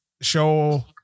show